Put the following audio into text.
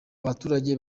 abaturage